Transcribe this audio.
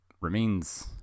remains